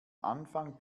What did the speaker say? anfang